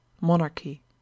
Monarchy